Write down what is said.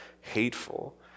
hateful